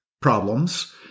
problems